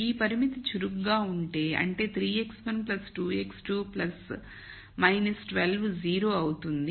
ఈ పరిమితి చురుకుగా ఉంటే అంటే 3x1 2 x2 12 0 అవుతుంది